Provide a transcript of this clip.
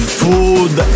food